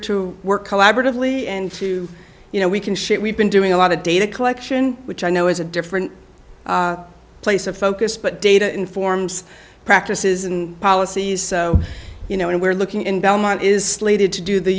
to work collaboratively and to you know we can shape we've been doing a lot of data collection which i know is a different place of focus but data informs practices and policies you know and we're looking in belmont is slated to do the